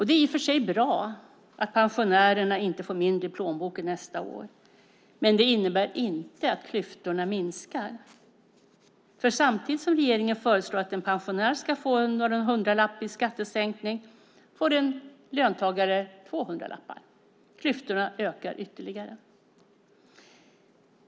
Det är i och för sig bra att pensionärerna inte får mindre i plånboken nästa år, men det innebär inte att klyftorna minskar. För samtidigt som regeringen föreslår att en pensionär ska få någon hundralapp i skattesänkning får en löntagare två hundralappar. Klyftorna ökar alltså ytterligare.